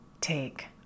take